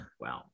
Wow